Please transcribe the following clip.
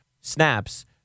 snaps